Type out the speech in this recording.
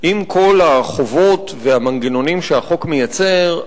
עם כל החובות והמנגנונים שהחוק מייצר,